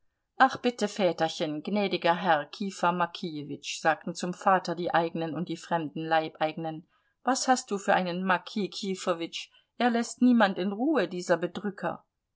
ach bitte väterchen gnädiger herr kifa mokijewitsch sagten zum vater die eigenen und die fremden leibeigenen was hast du für einen mokij kifowitsch er läßt niemand in ruhe dieser bedrücker